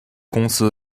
公司